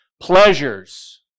pleasures